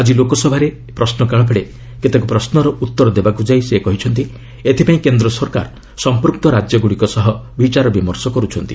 ଆଜି ଲୋକସଭାରେ ପ୍ରଶ୍ନକାଳ ବେଳେ କେତେକ ପ୍ରଶ୍ନର ଉତ୍ତର ଦେବାକୁ ଯାଇ ସେ କହିଛନ୍ତି ଏଥିପାଇଁ କେନ୍ଦ୍ର ସରକାର ସଂପୂକ୍ତ ରାଜ୍ୟଗୁଡ଼ିକ ସହ ବିଚାରବିମର୍ଷ କରୁଛନ୍ତି